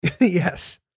Yes